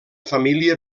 família